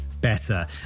better